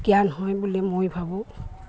জ্ঞান হয় বুলি মই ভাবোঁ